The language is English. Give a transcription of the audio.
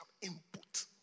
input